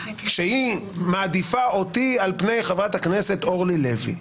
שהיא מעדיפה אותי על פני חברת הכנסת אורלי לוי,